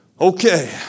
Okay